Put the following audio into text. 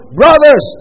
brothers